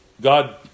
God